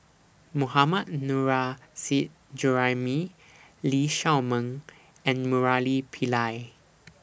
Mohammad Nurrasyid Juraimi Lee Shao Meng and Murali Pillai